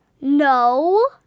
No